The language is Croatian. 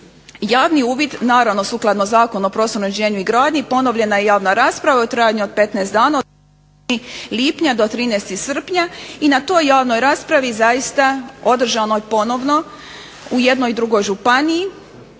Javni uvid naravno sukladno Zakonu o prostornom uređenju i gradnji, ponovljena je javna rasprava u trajanju od 15 dana … od lipnja do 13. srpnja. I na toj javnoj raspravi zaista održanoj ponovno u jednoj drugoj županiji